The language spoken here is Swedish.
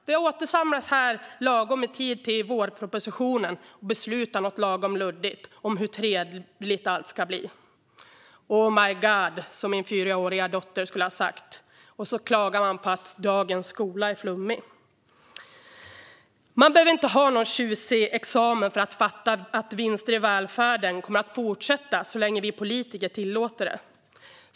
Vi återsamlas här i lagom tid för vårpropositionen och beslutar något lagom luddigt om hur trevligt allt ska bli. Oh, my god, som min fyraåriga dotter skulle ha sagt. Och så klagar man på att skolan är flummig. Det behövs ingen tjusig examen för att fatta att vinster i välfärden kommer att fortsätta så länge vi politiker tillåter det.